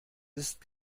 ist